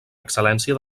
excel·lència